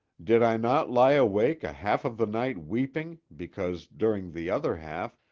did i not lie awake a half of the night weeping because, during the other half,